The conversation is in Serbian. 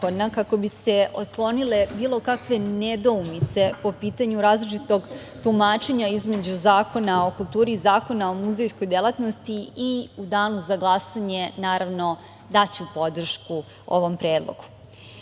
kako bi se otklonile bilo kakve nedoumice po pitanju različitog tumačenja između Zakona o kulturi i Zakona o muzejskoj delatnosti i u danu za glasanje, naravno, daću podršku ovom predlogu.Međutim,